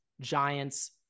Giants